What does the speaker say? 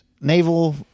naval